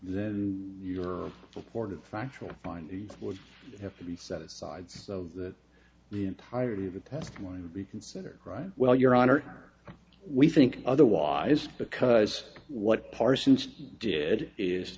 then your support of factual find the would have to be set aside so that the entirety of the testimony would be considered right well your honor we think otherwise because what parsons did is